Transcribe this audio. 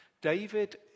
David